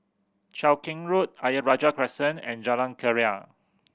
Cheow Keng Road Ayer Rajah Crescent and Jalan Keria